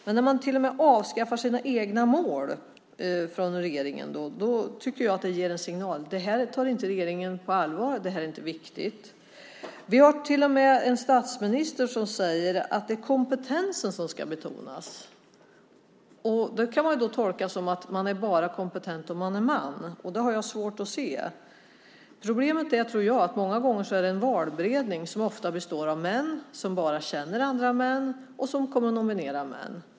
Men när man till och med avskaffar sina egna mål från regeringen tycker jag att det ger en signal om att regeringen inte tar detta på allvar och att det inte är viktigt. Vi har till och med en statsminister som säger att det är kompetensen som ska betonas. Det kan tolkas som att man är kompetent bara om man är man. Det har jag svårt att se. Jag tror att problemet är att valberedningarna ofta består av män som bara känner andra män och som kommer att nominera män.